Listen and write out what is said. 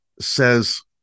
says